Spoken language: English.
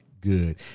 good